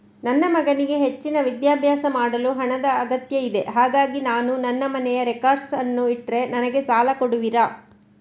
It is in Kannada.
ನನ್ನ ಮಗನಿಗೆ ಹೆಚ್ಚಿನ ವಿದ್ಯಾಭ್ಯಾಸ ಮಾಡಲು ಹಣದ ಅಗತ್ಯ ಇದೆ ಹಾಗಾಗಿ ನಾನು ನನ್ನ ಮನೆಯ ರೆಕಾರ್ಡ್ಸ್ ಅನ್ನು ಇಟ್ರೆ ನನಗೆ ಸಾಲ ಕೊಡುವಿರಾ?